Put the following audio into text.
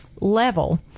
Level